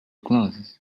closes